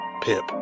Pip